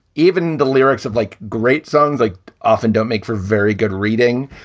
even the lyrics of like great songs. i often don't make for very good reading.